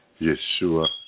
Yeshua